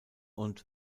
und